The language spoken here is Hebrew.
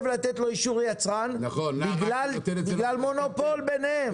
לתת לו אישור יצרן בגלל מונופול ביניהם.